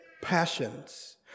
passions